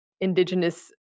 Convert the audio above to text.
indigenous